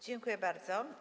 Dziękuję bardzo.